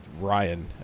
Ryan